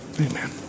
amen